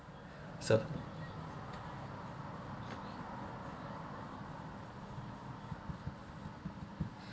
so